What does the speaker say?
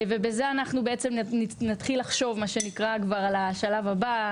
בזה אנחנו בעצם נתחיל לחשוב על מה שנקרא השלב הבא,